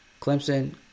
Clemson